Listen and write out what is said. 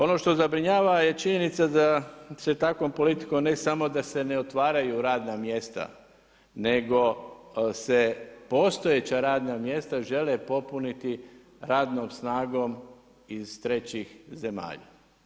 Ono što zabrinjava je činjenica da se takvom politikom ne samo da se ne otvaraju radna mjesta nego se postojeća radna mjesta žele popuniti radnom snagom iz trećih zemalja.